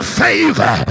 favor